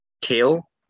Kale